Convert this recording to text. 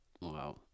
Wow